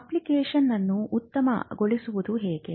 application ಅನ್ನು ಉತ್ತಮಗೊಳಿಸುವುದು ಹೇಗೆ